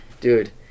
dude